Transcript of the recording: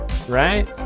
right